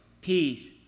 peace